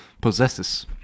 Possesses